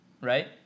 right